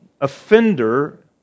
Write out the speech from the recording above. offender